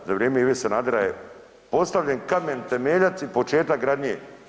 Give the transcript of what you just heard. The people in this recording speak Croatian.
Za vrijeme Ive Sanadera je postavljen kamen temeljac i početak gradnje.